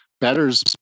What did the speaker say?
betters